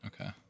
Okay